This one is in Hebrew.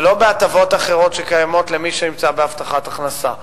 ולא בהטבות אחרות שקיימות למי שמקבל הבטחת הכנסה.